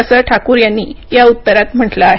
असं ठाकूर यांनी या उत्तरात म्हटलं आहे